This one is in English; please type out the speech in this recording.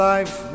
Life